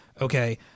Okay